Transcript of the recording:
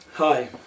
Hi